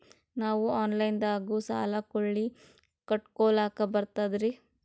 ನಾವು ಆನಲೈನದಾಗು ಸಾಲ ಹೊಳ್ಳಿ ಕಟ್ಕೋಲಕ್ಕ ಬರ್ತದ್ರಿ?